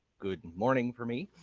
good morning for me,